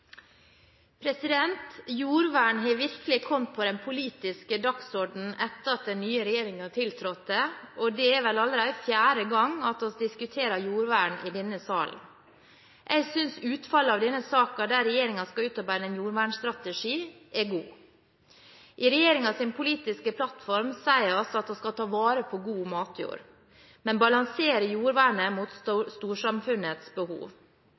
Jordvern har virkelig kommet på den politiske dagsordenen etter at den nye regjeringen tiltrådte, og det er vel allerede fjerde gang vi diskuterer jordvern i denne salen. Jeg synes utfallet av denne saken, der regjeringen skal utarbeide en jordvernstrategi, er god. I regjeringens politiske plattform sier vi at vi skal ta vare på god matjord, men balansere jordvernet mot storsamfunnets behov.